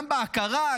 גם בהכרה,